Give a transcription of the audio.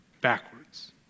backwards